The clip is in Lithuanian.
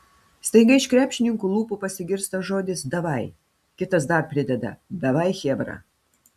staiga iš krepšininkų lūpų pasigirsta žodis davai kitas dar prideda davai chebra